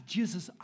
Jesus